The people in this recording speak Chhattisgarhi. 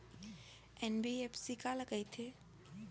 एन.बी.एफ.सी काला कहिथे?